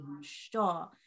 sure